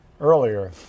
earlier